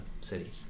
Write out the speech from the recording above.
city